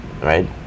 right